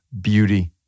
beauty